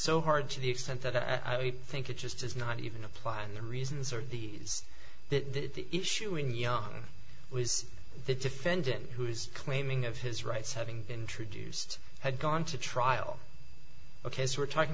so hard to the extent that i think it just is not even applying the reasons are these that the issue in young was the defendant who is claiming of his rights having introduced had gone to trial ok so we're talking